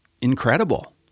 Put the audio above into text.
incredible